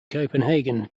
copenhagen